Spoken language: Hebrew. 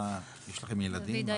יש לכם ילדים?